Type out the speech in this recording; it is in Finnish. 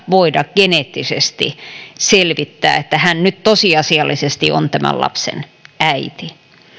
voida geneettisesti selvittää että hän nyt tosiasiallisesti on tämän lapsen äiti